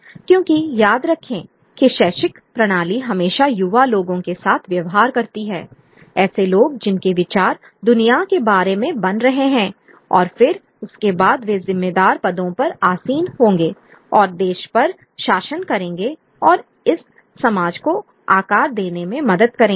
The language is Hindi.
क्योंकि याद रखें कि शैक्षिक प्रणाली हमेशा युवा लोगों के साथ व्यवहार करती है ऐसे लोग जिनके विचार दुनिया के बारे में बन रहे हैं और फिर उसके बाद वे जिम्मेदार पदों पर आसीन होंगे और देश पर शासन करेंगे और इस समाज को आकार देने में मदद करेंगे